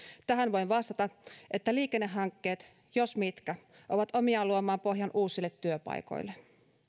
tähän voin vastata että liikennehankkeet jos mitkä ovat omiaan luomaan pohjan uusille työpaikoille